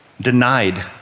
denied